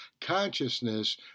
consciousness